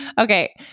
okay